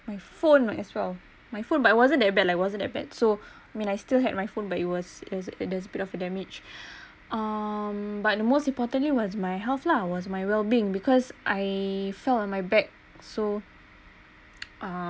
my phone as well my phone but it wasn't that bad lah it wasn't uh bad so mean I still had my phone but it was is it is a bit of damaged um but most importantly was my health lah was my well being because I fell on my back so uh